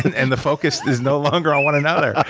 and the focus is no longer on one another.